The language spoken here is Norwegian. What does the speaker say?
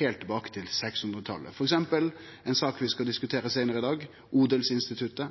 heilt tilbake frå 600-talet, f.eks. ei sak vi skal diskutere seinare i dag, odelsinstituttet,